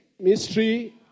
mystery